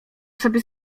sobie